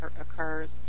occurs